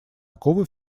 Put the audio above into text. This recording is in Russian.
оковы